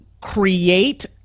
create